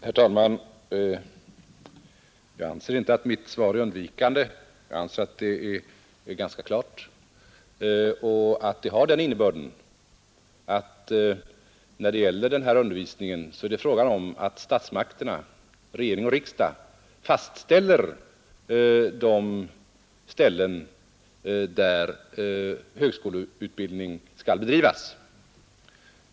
Herr talman! Jag anser inte att mitt svar är undvikande. Jag anser att det är ganska klart. Det har den innebörden att statsmakterna — regering och riksdag - fastställer de platser där högskoleutbildning skall bedrivas.